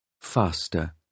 Faster